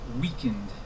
weakened